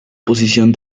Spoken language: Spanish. posición